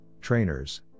trainers